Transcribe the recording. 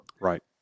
Right